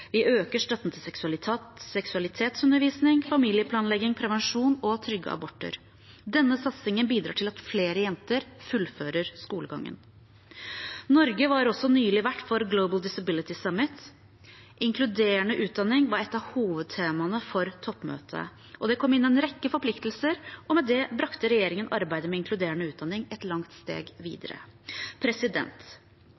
Vi øker støtten til seksualitetsundervisning, familieplanlegging, prevensjon og trygge aborter. Denne satsingen bidrar til at flere jenter fullfører skolegangen. Norge var også nylig vert for Global Disability Summit. Inkluderende utdanning var et av hovedtemaene for toppmøtet. Det kom inn en rekke forpliktelser, og med det brakte regjeringen arbeidet med inkluderende utdanning et langt steg